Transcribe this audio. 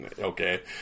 okay